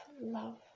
love